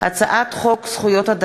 הצעת חוק הגנה על זכויות אמנים במוזיקה,